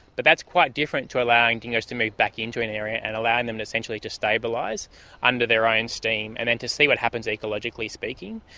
but that is quite different to allowing dingoes to move back into an area and allowing them essentially to stabilise under their own steam, and then to see what happens ecologically speaking.